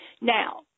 Now